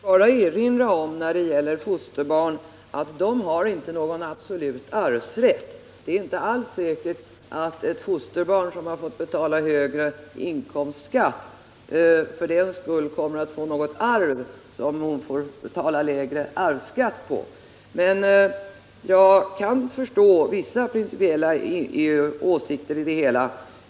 Herr talman! Jag vill bara erinra om att fosterbarn inte har någon absolut arvsrätt. Det är inte alls säkert att ett fosterbarn som har betalat högre inkomstskatt för den skull kommer att få något arv som hon eller han får betala lägre arvsskatt på. Men jag kan förstå vissa principiella åsikter i frågan.